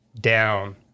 down